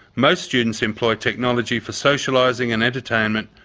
most students employ technology for socialising and entertainment,